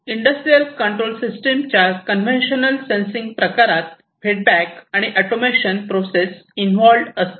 industrial control system च्या conventional sensing प्रकारात feedback आणि ऑटोमेशन प्रोसेस इनव्हॉल्व असतात